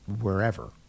wherever